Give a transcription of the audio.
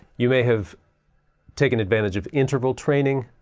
you may have taken advantage of interval training.